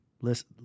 Listen